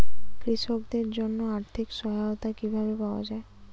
কৃষকদের জন্য আর্থিক সহায়তা কিভাবে পাওয়া য়ায়?